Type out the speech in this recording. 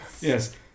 Yes